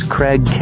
Craig